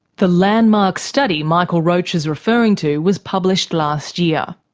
the landmark study michael roche is referring to was published last year.